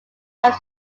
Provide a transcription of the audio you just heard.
have